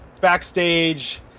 backstage